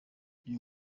uyu